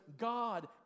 God